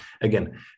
again